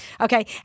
Okay